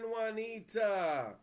Juanita